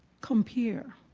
compare.